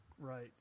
Right